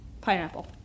pineapple